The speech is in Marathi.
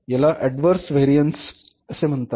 याला अॅडवर्स व्हेरियन्स असे म्हणतात